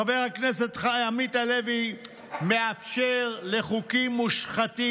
חבר הכנסת עמית הלוי מאפשר לחוקים מושחתים,